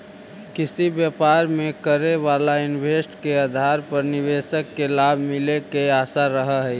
किसी व्यापार में करे वाला इन्वेस्ट के आधार पर निवेशक के लाभ मिले के आशा रहऽ हई